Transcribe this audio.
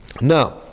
Now